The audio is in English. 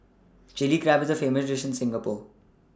Chilli Crab is a famous dish in Singapore